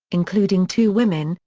including two women,